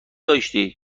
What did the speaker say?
داشتی